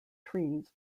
trees